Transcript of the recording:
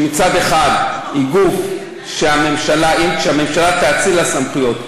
ומצד אחד כשהממשלה תאציל לה סמכויות,